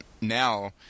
now